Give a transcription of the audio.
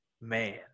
Man